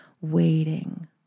waiting